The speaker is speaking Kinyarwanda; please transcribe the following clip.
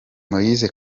moise